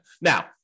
Now